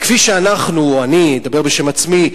כפי שאנחנו, אני, אדבר בשם עצמי,